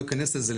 לא אכנס לזה.